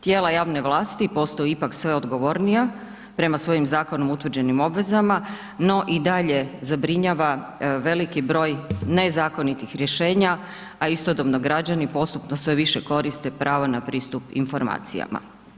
Tijela javne vlasti postaju ipak sve odgovornija prema svojim Zakonom o utvrđenim obvezama, no i dalje zabrinjava veliki broj nezakonitih rješenja, a istodobno građani postupno sve više koriste pravo na pristup informacijama.